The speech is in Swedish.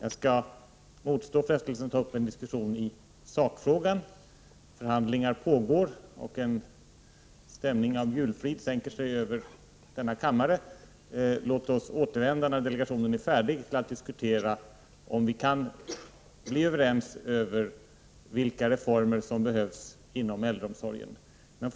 Jag skall motstå frestelsen att ta upp en diskussion i sakfrågan. Förhandlingar pågår, och en stämning av julfrid sänker sig över denna kammare. Låt oss när delegationens arbete är färdigt återkomma till frågan för att se om vi kan bli överens om vilka reformer som behövs inom äldreomsorgen.